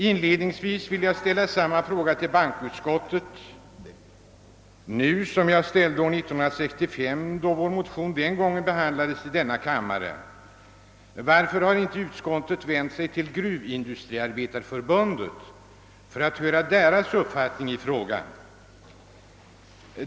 Inledningsvis vill jag ställa samma fråga till bankoutskottet som jag ställde år 1965, då vår motion den gången behandlades i denna kammare: Varför har inte utskottet vänt sig till gruvindustriarbetarförbundet för att höra dess uppfattning i frågan?